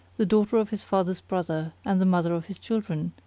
the daughter of his father's brother, and the mother of his children,